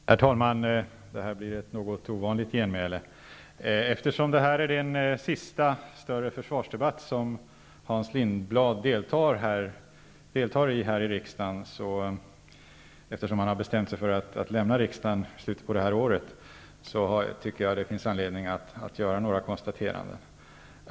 Herr talman! Det här blir ett något ovanligt genmäle. Eftersom detta är den sista större försvarsdebatt som Hans Lindblad deltar i här i riksdagen, då han har bestämt sig för att lämna riksdagen i slutet av detta år, tycker jag att det finns anledning att göra några konstateranden.